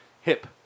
Hip